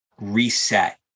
reset